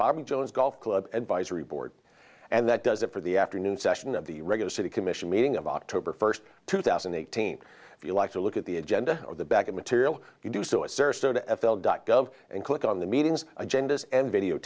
bobby jones golf club advisory board and that does it for the afternoon session of the regular city commission meeting of october first two thousand and eighteen if you like to look at the agenda or the back of material to do so as to f l dot gov and click on the meetings agendas and video